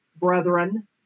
brethren